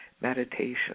meditation